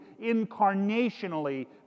incarnationally